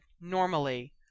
normally